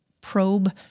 probe